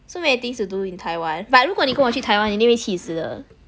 so many things to do in Taiwan but 如果你跟我去台湾你一定会气死的